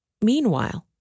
Meanwhile